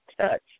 touch